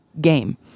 game